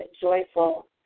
joyful